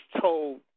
told